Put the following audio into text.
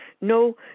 no